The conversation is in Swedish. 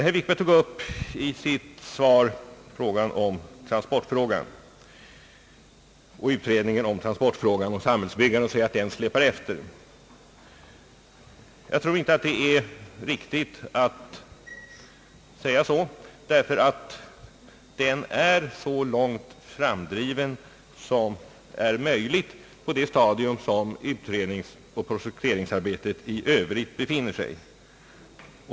Herr Wikberg tog här upp transportfrågan och sade att utredningen om den släpar efter. Jag tror inte att det är riktigt — utredningen är så långt framdriven som möjligt på det stadium där utredningsoch projekteringsarbetet i övrigt befinner sig.